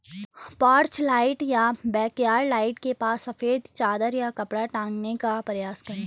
porch light या backyard light के पास सफेद चादर या कपड़ा टांगने का प्रयास करें